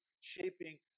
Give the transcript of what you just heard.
shaping